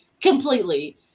completely